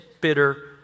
bitter